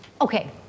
okay